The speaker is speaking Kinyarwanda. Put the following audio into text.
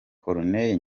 corneille